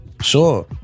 Sure